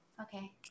Okay